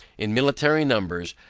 in military numbers,